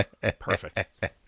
Perfect